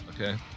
okay